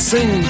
Sing